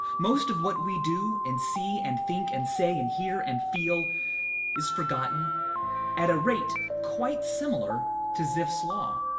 most of what we do and see and think and say and hear and feel is forgotten at a rate quite similar to zipf's law,